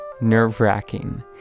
nerve-wracking